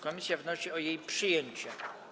Komisja wnosi o jej przyjęcie.